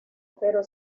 pero